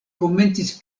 komencis